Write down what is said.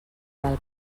del